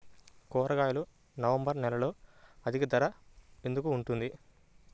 కూరగాయలు నవంబర్ నెలలో అధిక ధర ఎందుకు ఉంటుంది?